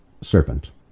Servant